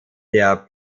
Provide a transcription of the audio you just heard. der